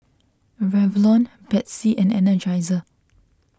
Revlon Betsy and Energizer